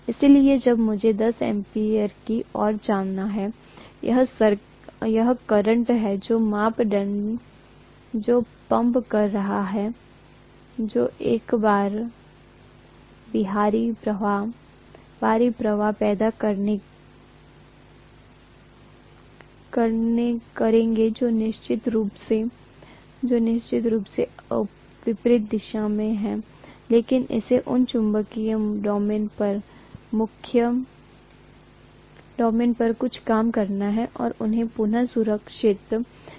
इसलिए जब मुझे 10 एम्पियर की ओर जाना है यह करंट है जो मैं पंप कर रहा हूं जो एक बाहरी प्रवाह पैदा करेगा जो निश्चित रूप से विपरीत दिशा में है लेकिन इसे इन चुंबकीय डोमेन पर कुछ काम करना है और उन्हें पुन सुरेखित करना है